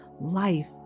life